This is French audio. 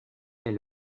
est